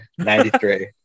93